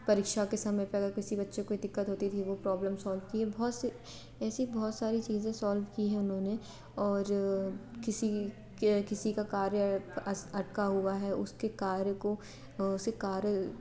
परीक्षा के समय पर किसी बच्चों को दिक्कत होती थी वो प्रॉब्लम सॉल्व किया बहुत सी ऐसी बहुत सारी चीज़ें सॉल्व की हैं उन्होंने और किसी के किसी का कार्य अटका हुआ है उसके कार्य को शिकार